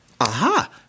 Aha